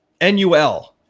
N-U-L